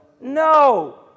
No